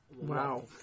Wow